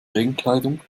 regenkleidung